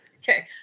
Okay